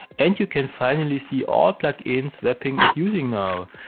and you can finally see all plugins webpack is using now.